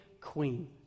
queen